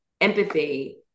empathy